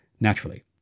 naturally